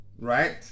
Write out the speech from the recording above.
right